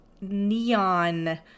neon